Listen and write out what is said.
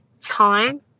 time